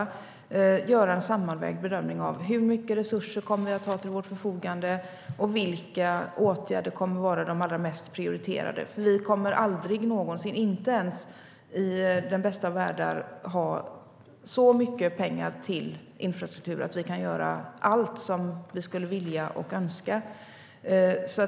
Vi behöver göra en sammanvägd bedömning av hur mycket resurser vi kommer att ha till vårt förfogande och vilka åtgärder som kommer att vara de allra mest prioriterade. Vi kommer aldrig någonsin - inte ens i den bästa av världar - att ha så mycket pengar till infrastruktur att vi kan göra allt som vi skulle vilja och önska.